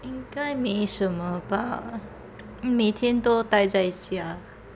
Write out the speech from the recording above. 应该没什么吧每天都待在家